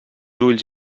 ulls